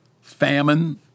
famine